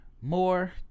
more